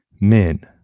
men